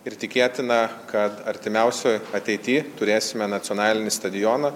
ir tikėtina kad artimiausioj ateity turėsime nacionalinį stadioną